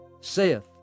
saith